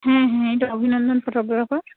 হুম হুম এটা অভিনন্দন ফটোগ্রাফার